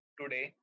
today